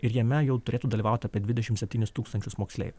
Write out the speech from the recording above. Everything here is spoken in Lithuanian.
ir jame jau turėtų dalyvauti apie dvidešimt septynis tūkstančius moksleivių